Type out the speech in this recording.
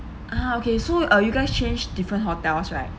ah okay so uh you guys change different hotels right